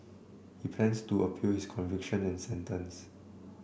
he plans to appeal its conviction and sentence